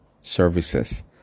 services